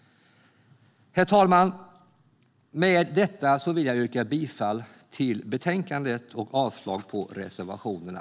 Herr talman! Med detta yrkar jag bifall till förslaget i betänkandet och avslag på reservationerna.